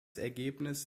ergebnis